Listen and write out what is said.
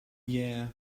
yeah